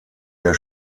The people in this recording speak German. der